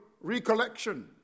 recollection